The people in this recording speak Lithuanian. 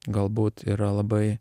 galbūt yra labai